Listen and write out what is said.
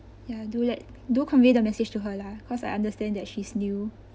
ya do let do convey the message to her lah cause I understand that she's new